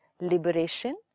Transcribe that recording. liberation